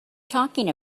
talking